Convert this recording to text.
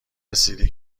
رسیده